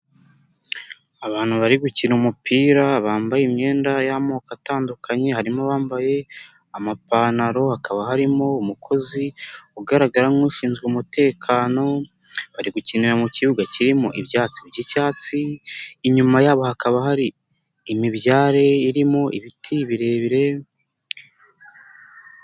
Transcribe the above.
Abantu barimo gukina umupira bambaye imyenda y'amoko atandukanye harimo abambaye amapantaro hakaba harimo umukozi ugaragara nk'ushinzwe umutekano, bari gukinira mu kibuga kirimo ibyatsi byi'cyatsi inyuma yabo hakaba hari imibyare irimo ibiti birebire.